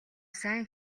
сайн